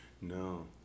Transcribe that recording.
No